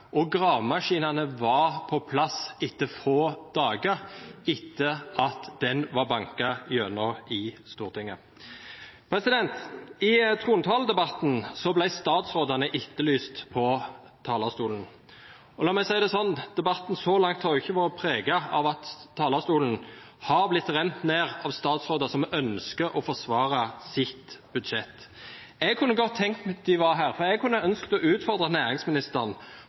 og gravemaskinene var på plass få dager etter at den var banket gjennom i Stortinget. I trontaledebatten ble statsrådene etterlyst på talerstolen. La meg si det sånn, debatten så langt har ikke vært preget av at talerstolen har blitt rent ned av statsråder som ønsker å forsvare sitt budsjett. Jeg kunne godt tenkt meg at de var her, for jeg kunne ønsket å utfordre næringsministeren